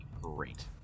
Great